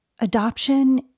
Adoption